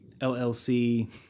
LLC